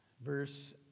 verse